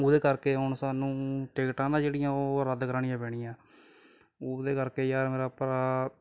ਉਹਦੇ ਕਰਕੇ ਹੁਣ ਸਾਨੂੰ ਟਿਕਟਾਂ ਨਾ ਜਿਹੜੀਆਂ ਉਹ ਰੱਦ ਕਰਾਉਣੀਆਂ ਪੈਣੀਆਂ ਉਹਦੇ ਕਰਕੇ ਯਾਰ ਮੇਰਾ ਭਰਾ